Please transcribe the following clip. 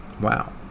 wow